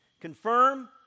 confirm